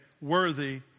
worthy